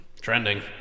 Trending